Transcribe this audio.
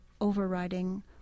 overriding